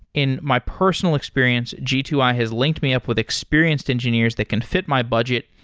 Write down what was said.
in my personal experience, g two i has linked me up with experienced engineers that can fit my budget,